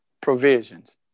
provisions